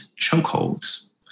chokeholds